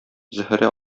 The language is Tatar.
зөһрә